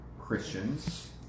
Christians